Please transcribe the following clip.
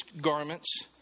garments